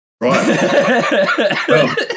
Right